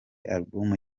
album